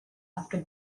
after